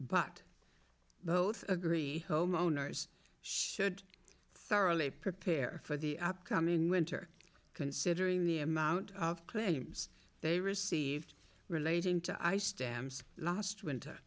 but both agree homeowners should thoroughly prepare for the upcoming winter considering the amount of claims they received relating to ice dams last winter